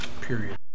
Period